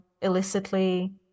illicitly